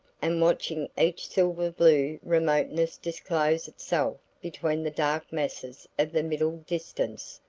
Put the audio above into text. and watching each silver-blue remoteness disclose itself between the dark masses of the middle distance,